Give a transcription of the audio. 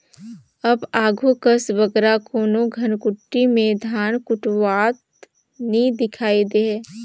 अब आघु कस बगरा कोनो धनकुट्टी में धान कुटवावत नी दिखई देहें